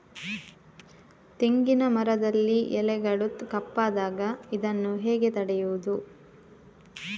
ತೆಂಗಿನ ಮರದಲ್ಲಿ ಎಲೆಗಳು ಕಪ್ಪಾದಾಗ ಇದನ್ನು ಹೇಗೆ ತಡೆಯುವುದು?